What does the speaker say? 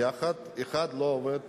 האחד לא עובד